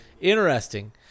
Interesting